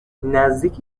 نزدیک